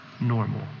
normal